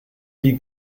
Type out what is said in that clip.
die